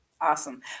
Awesome